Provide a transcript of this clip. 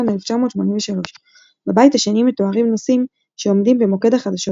1983. בבית השני מתוארים נושאים שעומדים במוקד החדשות